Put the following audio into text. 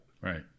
Right